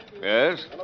Yes